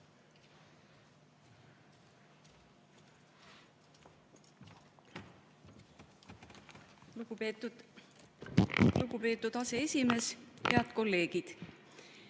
Lugupeetud aseesimees! Head kolleegid!